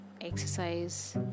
exercise